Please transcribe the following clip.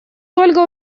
ольга